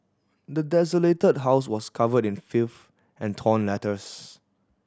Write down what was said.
the desolated house was covered in filth and torn letters